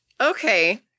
Okay